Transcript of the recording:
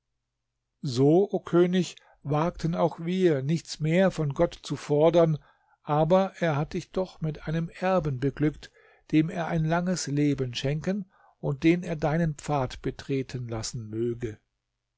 so o könig wagten auch wir nichts mehr von gott zu fordern aber er hat dich doch mit einem erben beglückt dem er ein langes leben schenken und den er deinen pfad betreten lassen möge